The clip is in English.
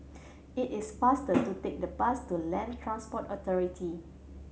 it is faster to take the bus to Land Transport Authority